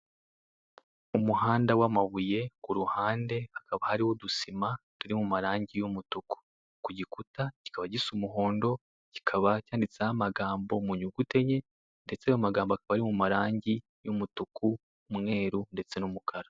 Umuhanda w'amabuye, ku ruhande hakaba hariho udusima turi mu marangi y'umutuku, ku gikuta kikaba gisa umuhondo, kikaba cyanditseho amagambo mu nyuguti enye ndetse ayo magambo akaba ari mu marangi y'umutuku, umweru ndetse n'umukara.